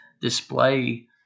display